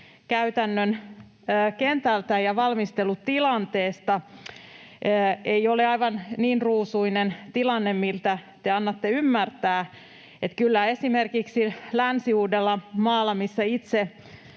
käytännön kentältä ja valmistelutilanteesta. Ei ole aivan niin ruusuinen tilanne kuin te annatte ymmärtää. Esimerkiksi Länsi-Uudellamaalla, missä itse